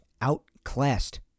outclassed